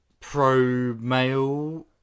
pro-male